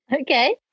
Okay